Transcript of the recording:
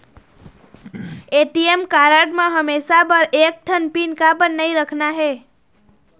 ATM card म हमेशा बर एक ठन पिन काबर नई रखना हे?